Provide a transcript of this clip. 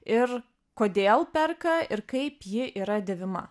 ir kodėl perka ir kaip ji yra dėvima